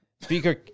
Speaker